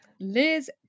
Liz